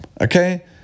okay